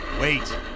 Wait